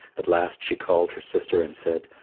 at last she called her sister and said,